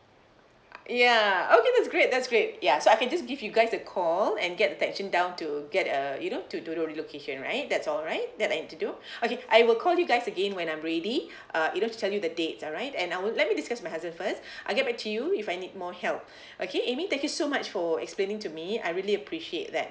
ya okay that's great that's great ya so I can just give you guys a call and get technician down to get uh you know to to do relocation right that's all right that I need to do okay I will call you guys again when I'm ready uh even to tell you the dates alright and I will let me discuss with my husband first I get back to you if I need more help okay amy thank you so much for explaining to me I really appreciate that